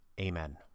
Amen